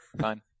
Fine